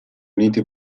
uniti